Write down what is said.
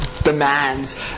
demands